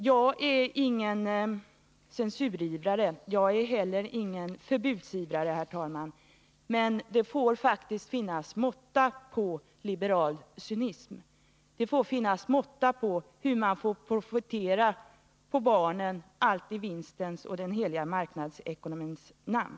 Jag är ingen censurivrare, och jag är inte heller någon förbudsivrare, herr talman, men det får faktiskt vara måtta på liberal cynism, det får vara måtta på hur man tillåts profitera på barnen, allt i vinstens och den heliga marknadsekonomins namn.